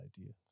idea